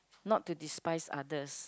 not to despise others